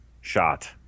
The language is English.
Shot